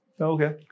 Okay